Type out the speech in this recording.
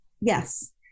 Yes